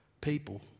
people